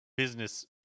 business